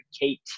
Kate